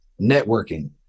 networking